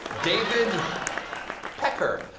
david pecker.